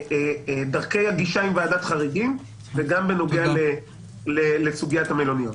דרכי הגישה עם ועדת חריגים וגם בנוגע לסוגיית המלוניות.